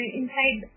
inside